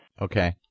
Okay